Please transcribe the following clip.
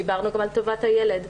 דיברנו גם על טובת הילד,